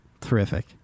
Terrific